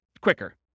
quicker